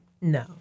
No